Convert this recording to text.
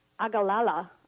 Agalala